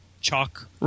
chalk